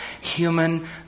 human